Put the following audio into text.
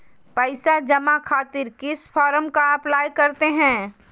पैसा जमा खातिर किस फॉर्म का अप्लाई करते हैं?